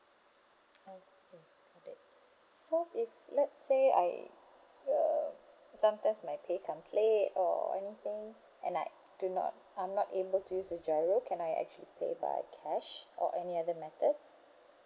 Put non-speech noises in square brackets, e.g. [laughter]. okay got it [breath] so if let's say I err sometimes my pay comes late or anything and I do not I'm not able to use the giro can I actually pay by cash or any other methods